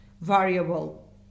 variable